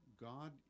God